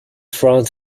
front